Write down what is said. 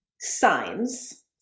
Signs